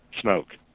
smoke